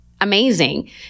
Amazing